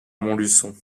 montluçon